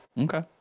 okay